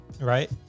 right